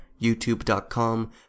YouTube.com